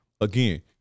Again